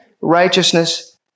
righteousness